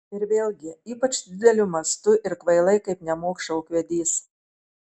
ir vėlgi ypač dideliu mastu ir kvailai kaip nemokša ūkvedys